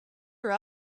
her